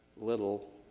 little